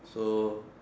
so